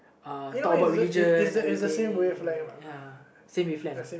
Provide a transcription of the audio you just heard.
uh talk about religion everything ya same wavelength uh